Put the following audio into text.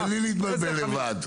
תן לי להתבלבל לבד.